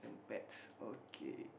pets okay